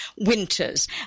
winters